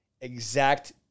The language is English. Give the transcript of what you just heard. exact